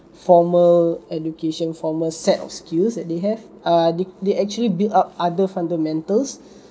formal education formal set of skills that they have err they they actually build up other fundamentals